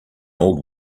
old